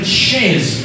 shares